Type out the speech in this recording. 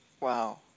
Wow